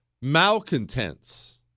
malcontents